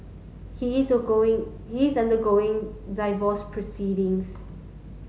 he is going he is undergoing divorce proceedings